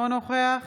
אינו נוכח